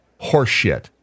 horseshit